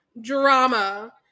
drama